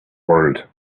world